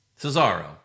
Cesaro